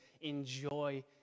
enjoy